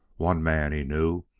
one man, he knew,